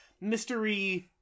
mystery